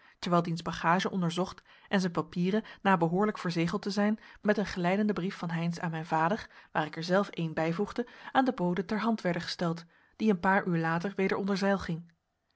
terwijl diens bagage onderzocht en zijn papieren na behoorlijk verzegeld te zijn met een geleidenden brief van heynsz aan mijn vader waar ik er zelf een bijvoegde aan den bode ter hand werden gesteld die een paar uur later weder onder zeil ging